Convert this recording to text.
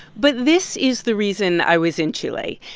but this is the reason i was in chile.